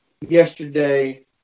yesterday